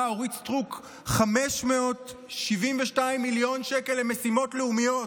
אורית סטרוק 572 מיליון שקל למשימות לאומיות,